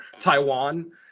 Taiwan